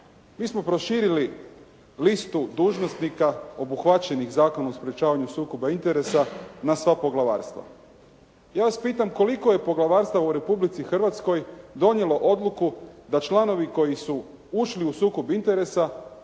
Mi smo proširili listu dužnosnika obuhvaćenih Zakonom o sprječavanju sukoba interesa na sva poglavarstva. Ja vas pitam koliko je poglavarstava u Republici Hrvatskoj donijelo odluku da članovi koji su ušli u sukob interesa